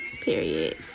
Period